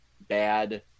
bad